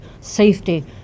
safety